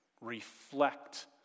Reflect